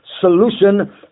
solution